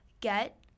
get